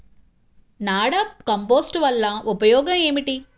NADEP compost వలన ఉపయోగం ఏమిటి?